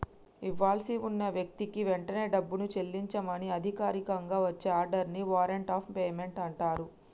ఇవ్వాల్సి ఉన్న వ్యక్తికి వెంటనే డబ్బుని చెల్లించమని అధికారికంగా వచ్చే ఆర్డర్ ని వారెంట్ ఆఫ్ పేమెంట్ అంటరు